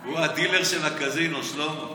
ולפיד, שלא לדבר עליו,